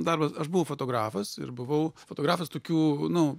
darbas aš buvau fotografas ir buvau fotografas tokių nu